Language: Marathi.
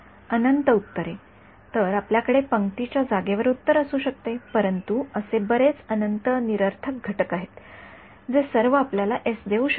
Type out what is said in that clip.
अनंत उत्तरे तर आपल्याकडे पंक्तीच्या जागेवर उत्तर असू शकते परंतु असे बरेच अनंत निरर्थक घटक आहेत जे सर्व आपल्याला समान एस देऊ शकतात